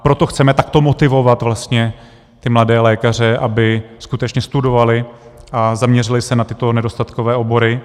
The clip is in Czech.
Proto chceme takto motivovat mladé lékaře, aby skutečně studovali a zaměřili se na tyto nedostatkové obory.